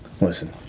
listen